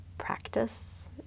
practice